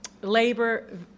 labor